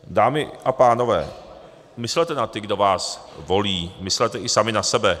Dámy a pánové, myslete na ty, kdo vás volí, myslete i sami na sebe.